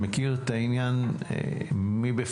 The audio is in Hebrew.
שמכיר את העניין מבפנים,